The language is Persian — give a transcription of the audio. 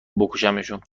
بکشمشون